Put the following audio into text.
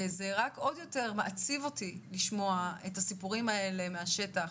וזה רק עוד יותר מעציב אותי לשמוע את הסיפורים האלה מהשטח.